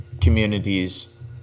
communities